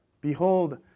Behold